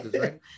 right